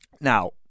Now